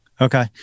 Okay